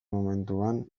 mementoan